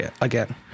again